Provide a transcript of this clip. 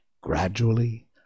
Gradually